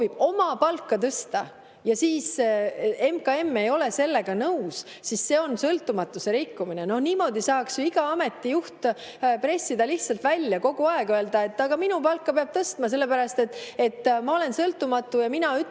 soovib oma palka tõsta, aga MKM ei ole sellega nõus, siis see on sõltumatuse rikkumine. No niimoodi saaks ju iga ameti juht pressida lihtsalt välja, kogu aeg öelda: "Aga minu palka peab tõstma, sellepärast et ma olen sõltumatu ja mina ütlen,